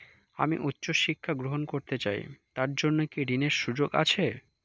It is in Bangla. আমি উচ্চ শিক্ষা গ্রহণ করতে চাই তার জন্য কি ঋনের সুযোগ আছে?